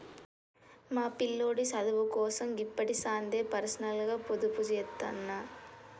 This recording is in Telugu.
మా పిల్లోడి సదువుకోసం గిప్పడిసందే పర్సనల్గ పొదుపుజేత్తన్న